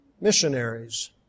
missionaries